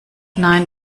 nein